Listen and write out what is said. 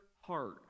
heart